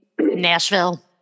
Nashville